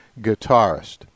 guitarist